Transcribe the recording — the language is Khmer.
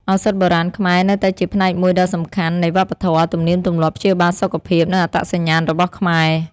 ឱសថបុរាណខ្មែរនៅតែជាផ្នែកមួយដ៏សំខាន់នៃវប្បធម៌ ទំនៀមទម្លាប់ព្យាបាលសុខភាព និងអត្តសញ្ញាណរបស់ខ្មែរ។